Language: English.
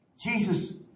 Jesus